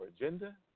agenda